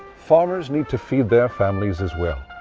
farmers need to feed their families as well.